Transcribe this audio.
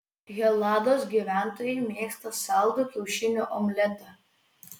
helados gyventojai mėgsta saldų kiaušinių omletą